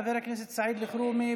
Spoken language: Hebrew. חבר הכנסת סעיד אלחרומי,